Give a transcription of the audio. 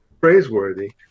praiseworthy